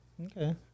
okay